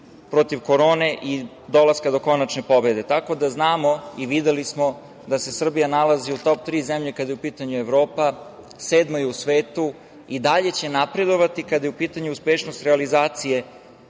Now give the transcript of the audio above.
protiv korone i dolaska do konačne pobede, tako da znamo i videli smo da se Srbija nalazi u top tri zemlje kada je u pitanju Evropa. Sedma je u svetu i dalje će napredovati kada je uspešnost realizacije